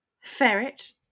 Ferret